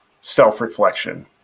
self-reflection